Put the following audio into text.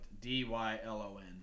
D-Y-L-O-N